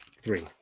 three